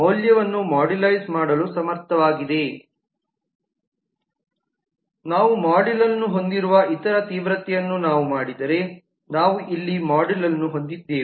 ಮೌಲ್ಯವನ್ನು ಮಾಡ್ಯುಲೈಸ್ ಮಾಡಲು ಸಮರ್ಥವಾಗಿದೆ ನಾವು ಮಾಡ್ಯೂಲ್ ಅನ್ನು ಹೊಂದಿರುವ ಇತರ ತೀವ್ರತೆಯನ್ನು ನಾವು ಮಾಡಿದರೆ ನಾವು ಇಲ್ಲಿ ಮಾಡ್ಯೂಲ್ ಅನ್ನು ಹೊಂದಿದ್ದೇವೆ